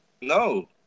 No